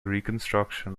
reconstruction